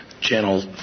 channel